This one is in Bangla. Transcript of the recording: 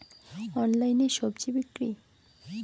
অনলাইনে স্বজি বিক্রি?